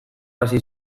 hasi